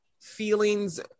feelings